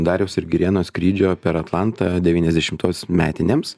dariaus ir girėno skrydžio per atlantą devyniasdešimtos metinėms